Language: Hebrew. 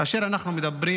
כאשר אנחנו מדברים